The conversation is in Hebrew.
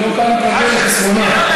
לא כל כך מתרגל לחסרונה.